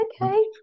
okay